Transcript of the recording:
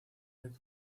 hace